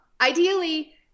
Ideally